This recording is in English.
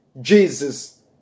Jesus